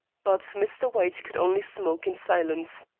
but mr. white could only smoke in silence.